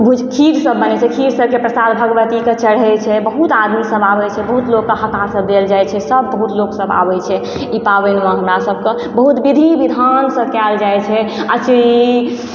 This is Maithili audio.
खीर सब बनै छै खीर सब के प्रसाद भगवती के चढ़ै छै बहुत आदमी सब आब छै बहुत लोक के हकार सब देल जाइ छै सब बहुत लोकसब आबै छै ई पाबनि हमरा सबके बहुत विधि विधान सॅं कयल जाइ छै अथी